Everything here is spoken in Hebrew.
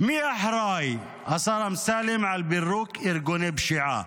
מי אחראי, השר אמסלם, לפירוק ארגוני פשיעה?